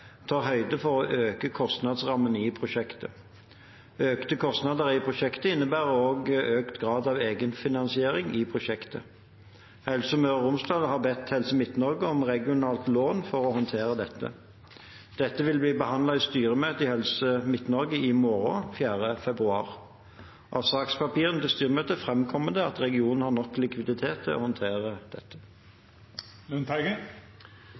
høyde for å øke kostnadsrammen i prosjektet. Økte kostnader i prosjektet innebærer også økt grad av egenfinansiering i prosjektet. Helse Møre og Romsdal har bedt Helse Midt-Norge om et regionalt lån for å håndtere dette. Dette vil bli behandlet i styremøtet i Helse Midt-Norge i morgen, 4. februar. Av sakspapirene til styremøtet framkommer det at regionen har nok likviditet til å håndtere